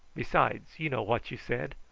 besides, you know what you said.